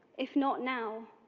if not now,